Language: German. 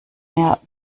mehr